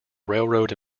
railroad